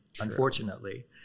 unfortunately